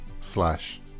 slash